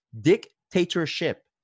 Dictatorship